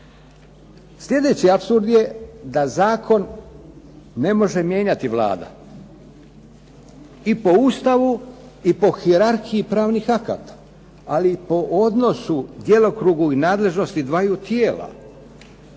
Sljedeći apsurd je da zakon ne može mijenjati Vlada i po Ustavu i po hijerarhiji pravnih akata, ali i po odnosu i djelokrugu i nadležnosti dvaju tijela.